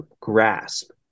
grasp